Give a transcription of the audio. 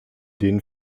denen